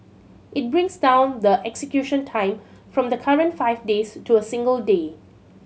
it brings down the execution time from the current five days to a single day